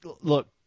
look